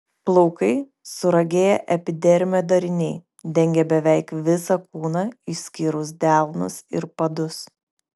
plaukai suragėję epidermio dariniai dengia beveik visą kūną išskyrus delnus ir padus